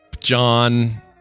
John